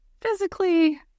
physically